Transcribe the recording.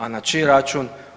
A na čiji račun?